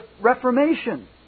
reformation